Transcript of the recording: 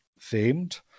themed